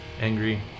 angry